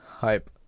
hype